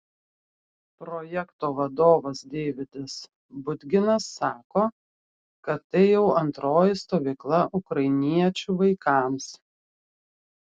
projekto vadovas deividas budginas sako kad tai jau antroji stovykla ukrainiečių vaikams